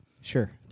Sure